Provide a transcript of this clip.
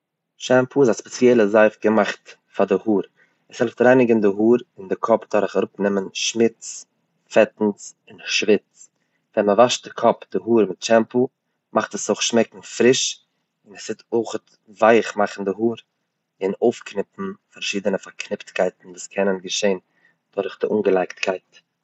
שעמפא איז א ספעציעלע זייף געמאכט פאר די האר, עס העלפט רייניגן די האר און די קאפ דורך אראפנעמען שמוץ, פעטנס, שוויץ, ווען מען וואשט די קאפ און האר מיט שעמפא מאכט עס אויך שמעקן פריש און עס טוט אויכעט ווייעך מאכן די האר און אויפקניפן פארשידענע פארקניפטקייטן וואס קענען געשעהן דורך די אנגעלייגטקייט.